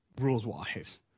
rules-wise